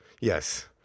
yes